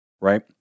right